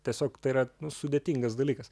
tiesiog tai yra nu sudėtingas dalykas